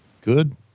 Good